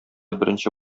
беренче